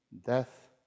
death